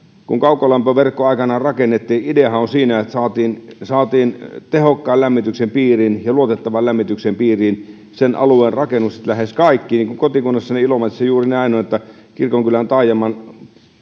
kun kaukolämpöverkko aikanaan rakennettiin sen ideahan oli siinä että saatiin tehokkaan ja luotettavan lämmityksen piiriin lähes kaikki sen alueen rakennukset ja kotikunnassani ilomantsissa juuri näin on on kirkonkylän taajaman